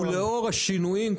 ולאור השינויים החוקתיים,